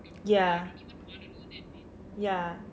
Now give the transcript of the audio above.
ya ya